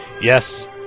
Yes